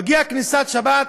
מגיעה כניסת שבת,